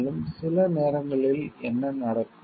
மேலும் சில நேரங்களில் என்ன நடக்கும்